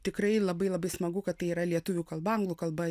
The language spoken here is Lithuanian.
tikrai labai labai smagu kad tai yra lietuvių kalba anglų kalba